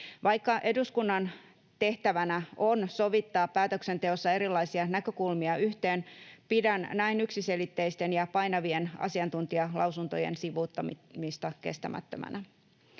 Vaikka eduskunnan tehtävänä on sovittaa päätöksenteossa erilaisia näkökulmia yhteen, pidän näin yksiselitteisten ja painavien asiantuntijalausuntojen sivuuttamista kestämättömänä.